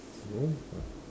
no